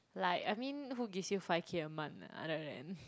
like I mean who gives you five K a month other than